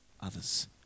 others